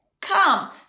come